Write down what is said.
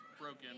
broken